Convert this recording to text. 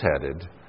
headed